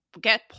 get